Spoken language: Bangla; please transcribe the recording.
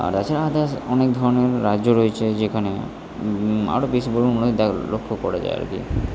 আর আছে আদার্স অনেক ধরনের রাজ্য রয়েছে যেখানে আরো বেশি পরিমাণে দেক লক্ষ্য করা যায় আর কি